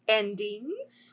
endings